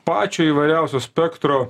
pačio įvairiausio spektro